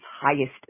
highest